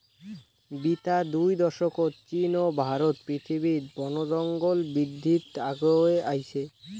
বিতা দুই দশকত চীন ও ভারত পৃথিবীত বনজঙ্গল বিদ্ধিত আগে আইচে